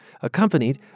accompanied